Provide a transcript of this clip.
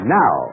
now